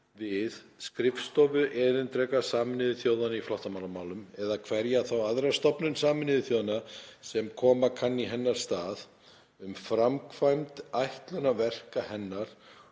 við Skrifstofu erindreka Sameinuðu þjóðanna í flóttamannamálum, eða hverja þá aðra stofnun Sameinuðu þjóðanna, sem koma kann í hennar stað, um framkvæmd ætlunarverka hennar